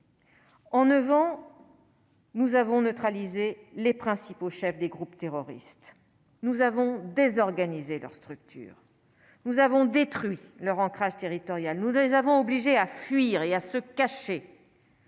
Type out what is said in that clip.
d'échec. Nous avons neutralisé les principaux chefs des groupes terroristes, nous avons désorganiser leur structure nous avons détruit leur ancrage territorial, nous ne les avons obligé à fuir et à se cacher.